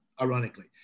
ironically